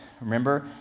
Remember